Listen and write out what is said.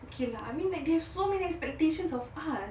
okay lah I mean there are so many expectations of us